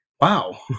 wow